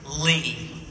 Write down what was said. Lee